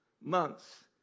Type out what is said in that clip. months